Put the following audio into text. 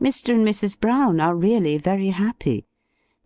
mr. and mrs. brown are really very happy